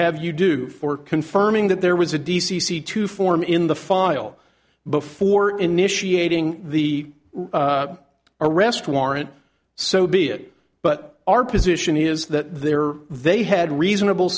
have you do for confirming that there was a d c c to form in the file before initiating the arrest warrant so be it but our position is that there they had reasonable